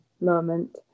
moment